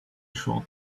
short